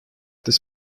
this